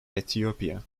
ethiopia